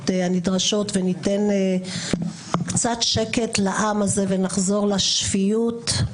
הנדרשות וניתן קצת שקט לעם הזה ונחזור לשפיות.